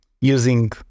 using